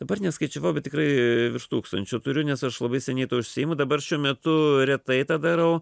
dabar neskaičiavau bet tikrai virš tūkstančio turiu nes aš labai seniai tuo užsiimu dabar šiuo metu retai tą darau